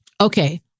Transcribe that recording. Okay